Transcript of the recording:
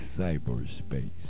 Cyberspace